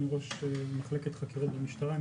אני ראש מחלקת חקירות במשטרה,